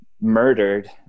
murdered